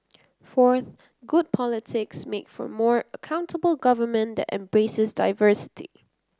fourth good politics make for more accountable government that embraces diversity